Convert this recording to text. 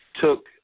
took